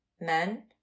men